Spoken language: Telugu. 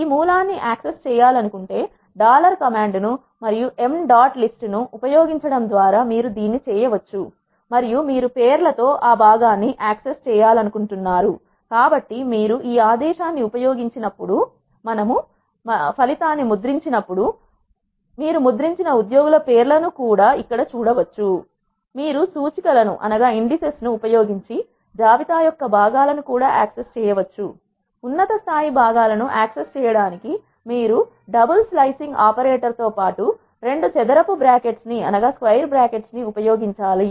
ఈ మూలాన్ని యాక్సెస్ చేయాలనుకుంటే డాలర్ కమాండ్ dollar command ను మరియు m dot list ను ఉపయోగించడం ద్వారా మీరు దీన్ని చేయవచ్చు మరియు మీరు పేర్ల తో ఆ భాగాన్ని యాక్సెస్ చేయాలనుకుంటున్నారు కాబట్టి మీరు ఈ ఆదేశాన్ని ఉపయోగించినప్పుడు మరియు ఫలితాన్ని ముద్రించినప్పుడు మీరు ముద్రించిన ఉద్యోగుల పేర్లను చూడవచ్చు మీరు సూచి కల ను ఉపయోగించి జాబితా యొక్క భాగాలను కూడా యాక్సెస్ చేయవచ్చు ఉన్నత స్థాయి భాగాలను యాక్సెస్ చేయడానికి మీరు డబుల్స్లో ఐసింగ్ ఆపరేటర్ తో పాటు రెండు చదరపు బ్రాకెట్స్ ను ఉపయోగించాలి